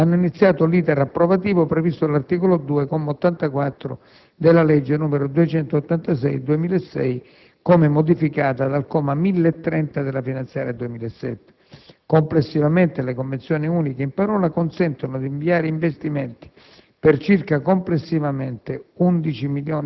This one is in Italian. i testi concordati con le concessionarie hanno iniziato l'*iter* approvativo previsto dall'articolo 2, comma 84, delle legge n. 286 del 2006, come modificato dal comma 1030 della finanziaria 2007. Complessivamente le convenzioni uniche in parola consentono di avviare investimenti